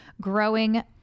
growing